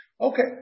Okay